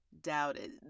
doubted